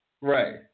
Right